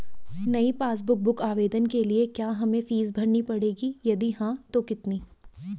नयी passbook book आवेदन के लिए क्या हमें फीस भरनी पड़ेगी यदि हाँ तो कितनी?